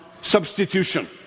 substitution